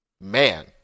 Man